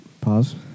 Pause